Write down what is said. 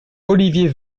olivier